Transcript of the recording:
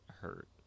hurt